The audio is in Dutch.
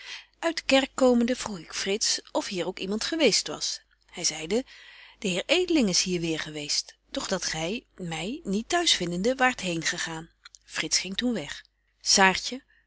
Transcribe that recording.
de kerk komende vroeg ik frits of hier ook iemand geweest was hy zeide de heer edeling is hier weêr geweest doch dat gy my niet t'huis vindende waart heen gegaan frits ging toen weg